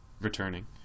returning